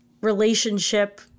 relationship